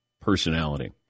personality